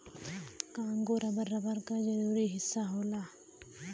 Congo rubber, rubber क जरूरी हिस्सा होला